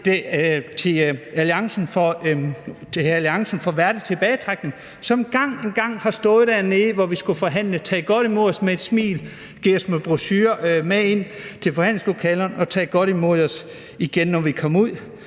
til alliancen for værdig tilbagetrækning, som gang på gang har stået dernede, hvor vi forhandlede, og taget godt imod os med et smil, givet os nogle brochurer med ind til forhandlingslokalerne og taget godt imod os igen, når vi kom ud.